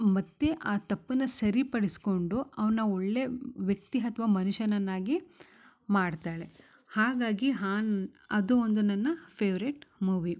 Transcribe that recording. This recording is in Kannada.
ಮತ್ತು ಆ ತಪ್ಪನ್ನ ಸರಿಪಡಿಸ್ಕೊಂಡು ಅವನ ಒಳ್ಳೆಯ ವ್ಯಕ್ತಿ ಅಥ್ವ ಮನುಷ್ಯನನ್ನಾಗಿ ಮಾಡ್ತಾಳೆ ಹಾಗಾಗಿ ಹಾನ್ ಅದು ಒಂದು ನನ್ನ ಫೇವ್ರೆಟ್ ಮೂವಿ